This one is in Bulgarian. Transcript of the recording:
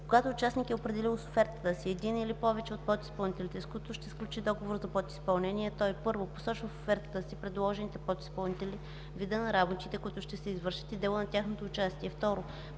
Когато участник е определил с офертата си един или повече от подизпълнителите, с които ще сключи договор за подизпълнение, той: 1. посочва в офертата си предложените подизпълнители, вида на работите, които ще извършват, и дела на тяхното участие; 2.